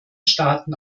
staaten